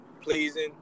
pleasing